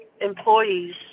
employees